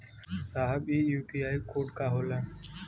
साहब इ UPI code का होला?